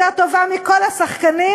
יותר טובה מכל השחקנים,